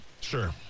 Sure